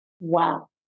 Wow